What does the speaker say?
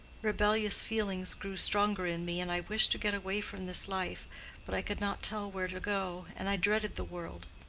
rebellious feelings grew stronger in me, and i wished to get away from this life but i could not tell where to go, and i dreaded the world.